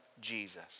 Jesus